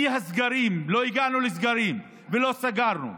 אי-סגרים, לא הגענו לסגרים ולא סגרנו,